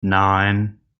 nine